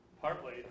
partly